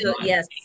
yes